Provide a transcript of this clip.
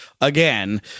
again